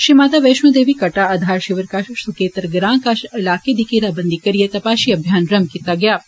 श्री माता वैश्णो देवी कटड़ा आधार षिवर कष सुकेतर ग्रां कष इलाके दी घेराबंदी करिए तपाषी अभियान रम्भ कीता गेआ ऐ